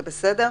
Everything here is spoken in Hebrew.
זה בסדר?